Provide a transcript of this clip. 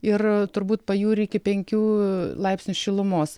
ir turbūt pajūry iki penkių laipsnių šilumos